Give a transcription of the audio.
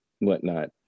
whatnot